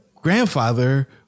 grandfather